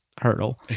hurdle